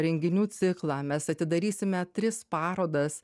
renginių ciklą mes atidarysime tris parodas